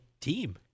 team